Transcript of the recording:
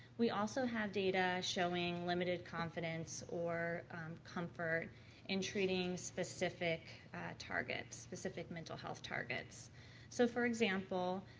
we also have data showing limited confidence or comfort in treating specific targets, specific mental health targets so for example,